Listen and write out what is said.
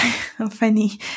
funny